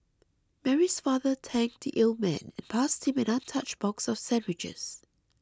Mary's father thanked the old man and passed him an untouched box of sandwiches